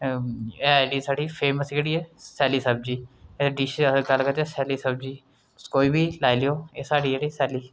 एह् साढ़ी जेह्ड़ी फेमस सैल्ली सब्जी डिश अगर अस करचै सैल्ली सब्जी तुस कोई बी लाई लैओ साढ़ी जेह्ड़ी सैल्ली